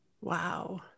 Wow